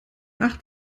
acht